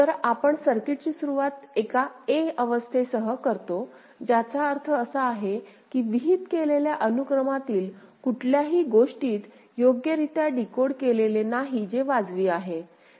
तर आपण सर्किटची सुरूवात एका a अवस्थेसह करतो ज्याचा अर्थ असा आहे की विहित केलेल्या अनुक्रमातील कुठल्याही गोष्टीत योग्य रित्या डिकोड केलेले नाही जे वाजवी आहे